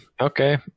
okay